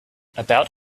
about